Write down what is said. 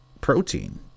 protein